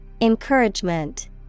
Encouragement